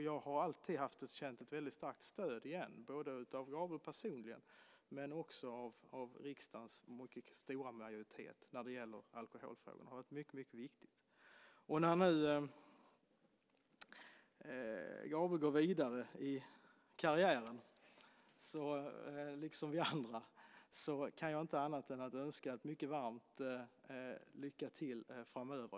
Jag har alltid känt ett väldigt starkt stöd både av Gabriel personligen och av riksdagens mycket stora majoritet när det gäller alkoholfrågorna. Det har varit mycket viktigt. När nu Gabriel går vidare i karriären, liksom vi andra, kan jag inte annat än önska ett mycket varmt lycka till framöver.